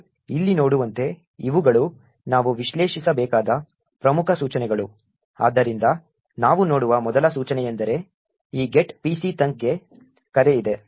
ನಾವು ಇಲ್ಲಿ ನೋಡುವಂತೆ ಇವುಗಳು ನಾವು ವಿಶ್ಲೇಷಿಸಬೇಕಾದ ಪ್ರಮುಖ ಸೂಚನೆಗಳು ಆದ್ದರಿಂದ ನಾವು ನೋಡುವ ಮೊದಲ ಸೂಚನೆಯೆಂದರೆ ಈ get pc thunk ಗೆ ಕರೆ ಇದೆ